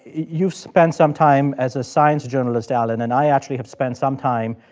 you've spent some time as a science journalist, alan. and i actually have spent some time,